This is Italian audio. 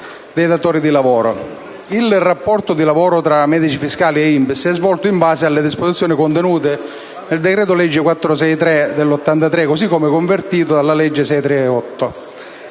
Il rapporto di lavoro tra i medici fiscali e l'INPS è regolato in base alle disposizioni contenute nel decreto-legge n. 463 del 1983, come convertito dalla legge n.